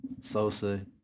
Sosa